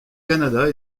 canada